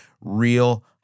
real